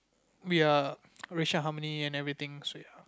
we are racial harmony and everything so ya